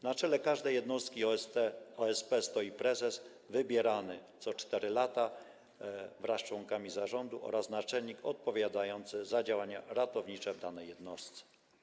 Na czele każdej jednostki OSP stoi prezes wybierany co 4 lata wraz z członkami zarządu oraz naczelnik odpowiadający za działania ratownicze w danej jednostce.